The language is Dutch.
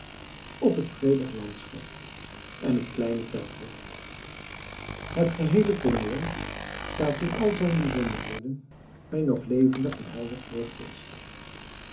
op het vredig landschap en het kleine kerkhof het geheele tooneel staat in al zijne bijzonderheden mij nog levendig en helder voor den geest